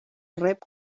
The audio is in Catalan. rep